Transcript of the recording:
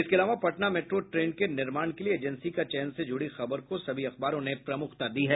इसके अलावा Patna metro train के निर्माण के लिए एजेंसी का चयन से जुड़ी खबर को सभी अखबारों ने प्रमुखता दी है